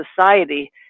society